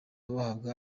bahabwa